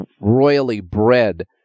royally-bred